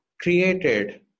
created